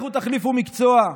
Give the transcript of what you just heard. לכו תחליפו מקצוע.